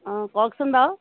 অঁ কওকচোন বাৰু